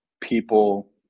people